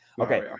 Okay